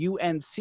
UNC